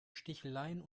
sticheleien